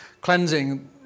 cleansing